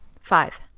five